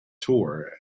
tour